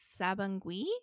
Sabangui